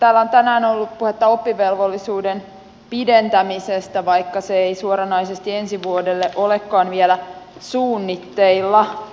täällä on tänään ollut puhetta oppivelvollisuuden pidentämisestä vaikka se ei suoranaisesti ensi vuodelle olekaan vielä suunnitteilla